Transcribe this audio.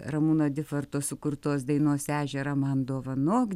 ramūno difarto sukurtos dainos ežerą man dovanok